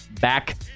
back